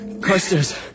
Carstairs